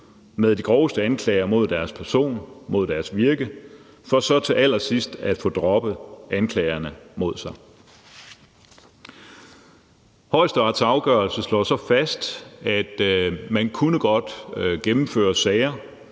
med de groveste anklager mod deres person, mod deres virke for så til allersidst at få droppet anklagerne mod sig. Højesterets afgørelse slår så fast, at man godt kunne gennemføre sager